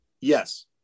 yes